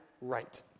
right